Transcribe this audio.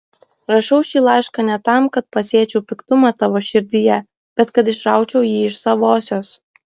rašau šį laišką ne tam kad pasėčiau piktumą tavo širdyje bet kad išraučiau jį iš savosios